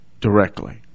directly